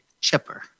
Chipper